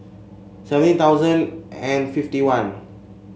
seventeen thousand and fifty one